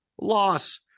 Loss